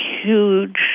huge